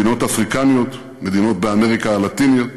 מדינות אפריקניות, מדינות באמריקה הלטינית.